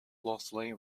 closely